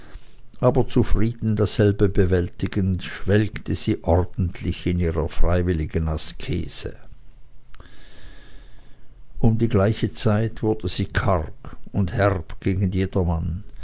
aber zufrieden dasselbe bewältigend schwelgte sie ordentlich in ihrer freiwilligen askese um die gleiche zeit wurde sie karg und herb gegen jedermann